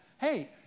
Hey